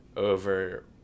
over